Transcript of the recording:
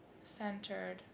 centered